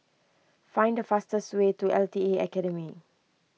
find the fastest way to L T A Academy